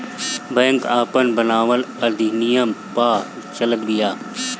bank आपन बनावल अधिनियम पअ चलत बिया